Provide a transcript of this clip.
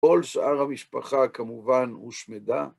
כל שאר המשפחה כמובן הושמדה.